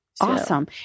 Awesome